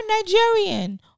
Nigerian